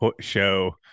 show